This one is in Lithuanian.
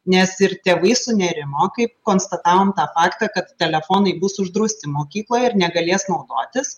nes ir tėvai sunerimo kai konstatavom tą faktą kad telefonai bus uždrausti mokykloje ir negalės naudotis